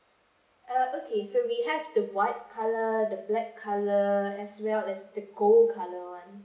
uh okay so we have the white colour the black colour as well as the gold colour [one]